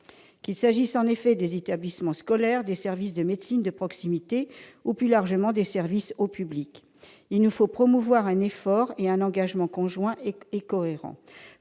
qu'il s'agisse des établissements scolaires, des services de médecine de proximité, ou, plus largement, des services au public. Il nous faut promouvoir un effort et un engagement conjoint et cohérent.